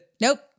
Nope